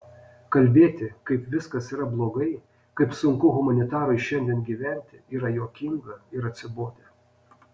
kalbėti kaip viskas yra blogai kaip sunku humanitarui šiandien gyventi yra juokinga ir atsibodę